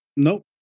Nope